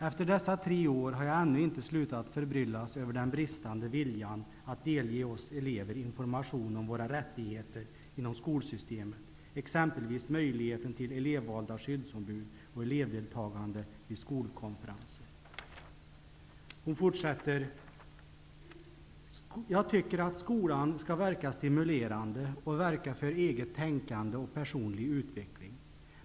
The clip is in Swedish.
Efter dessa tre år har jag ännu inte slutat att förbryllas över den bristande viljan att delge oss elever information om våra rättigheter inom skolsystemet, exempelvis möjligheten till elevvalda skyddsombud och elevdeltagande vid skolkonferenser.'' Hon fortsätter: ''Jag tycker att skolan ska verka stimulerande och verka för eget tänkande och personlig utveckling.